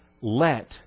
Let